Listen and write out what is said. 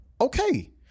okay